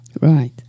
Right